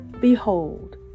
Behold